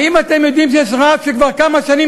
האם אתם יודעים שיש רב שכבר כמה שנים